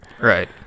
Right